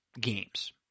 games